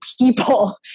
people